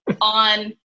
on –